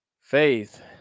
faith